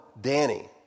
Danny